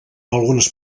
algunes